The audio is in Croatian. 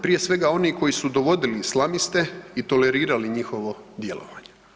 Prije svega, onih koji su dovodili islamiste i tolerirali njihovo djelovanje.